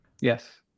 Yes